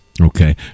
Okay